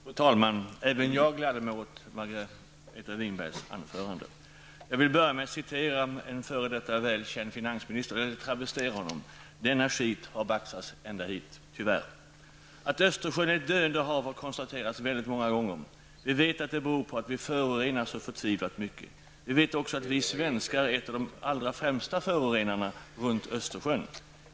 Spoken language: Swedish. Fru talman! Även jag gladde mig åt Margareta Jag vill börja med att travestera en väl känd före detta finansminister: Denna skit har baxats ända hit, tyvärr. Att Östersjön är ett döende hav har konstaterats väldigt många gånger. Vi vet att det beror på att vi förorenar så förtvivlat mycket. Vi vet också att vi svenskar är en av de allra främsta förorenarna runt Östersjön.